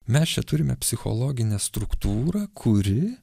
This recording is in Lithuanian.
mes čia turime psichologinę struktūrą kuri